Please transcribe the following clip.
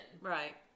right